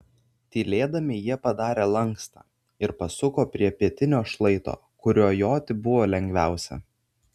tylėdami jie padarė lankstą ir pasuko prie pietinio šlaito kuriuo joti buvo lengviausia